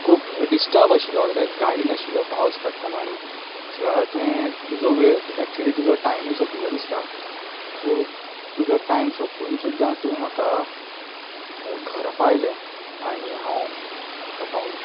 खूब डिस्टर्ब आशिल्लो कित्याक गाडी नाशिल्ली पावस पडटालो आनी अशे वेळार तुजो वेळ एकच्युली तुजो टायमय सोंपिल्लो दिसता सो तुजो टायम सोंपून सुद्दां तुवें म्हाका घरा पावयलें आनी हांव गरा पावलों